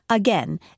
Again